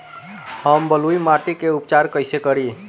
हम बलुइ माटी के उपचार कईसे करि?